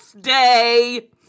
day